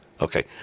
Okay